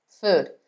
Food